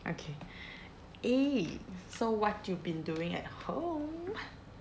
okay eh so what you been doing at home